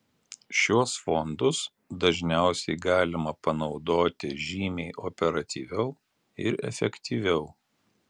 šiuos fondus dažniausiai galima panaudoti žymiai operatyviau ir efektyviau